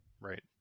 right